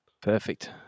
Perfect